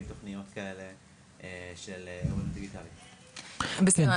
גם תכניות כאלה של אוריינות דיגיטלית.